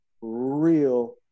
real